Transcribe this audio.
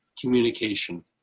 communication